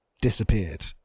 disappeared